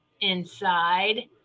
inside